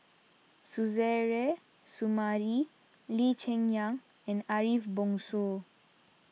Suzairhe Sumari Lee Cheng Yan and Ariff Bongso